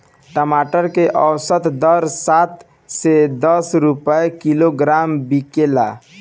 टमाटर के औसत दर सात से दस रुपया किलोग्राम बिकला?